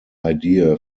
idea